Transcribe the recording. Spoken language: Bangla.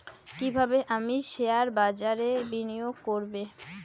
কিভাবে আমি শেয়ারবাজারে বিনিয়োগ করবে?